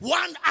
one